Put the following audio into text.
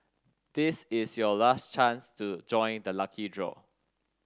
this is your last chance to join the lucky draw